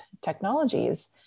technologies